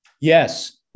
Yes